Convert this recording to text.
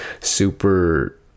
super